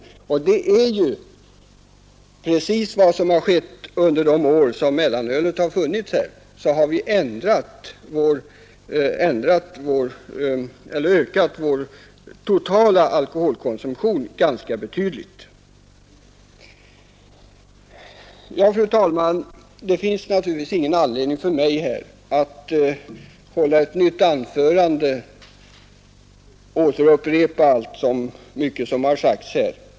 Det är precis vad som har skett under de år som mellanölet funnits — då vi har ökat vår totala alkoholkonsumtion ganska betydligt. Ja, fru talman, det finns naturligtvis ingen anledning för mig att hålla ett nytt anförande i huvudfrågan och återupprepa mycket som redan har sagts.